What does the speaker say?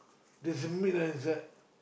there's a meat lah inside